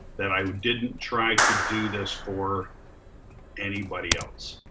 that i didn't try to do this for anybody else.